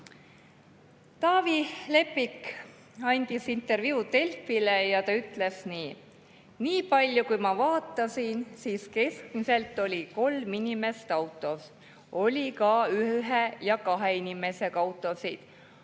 Leppik andis intervjuu Delfile ja ta ütles nii: "Nii palju kui ma vaatasin, siis keskmiselt oli kolm inimest autos. Oli ka ühe ja kahe inimesega autosid,